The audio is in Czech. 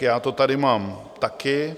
Já to tady mám taky.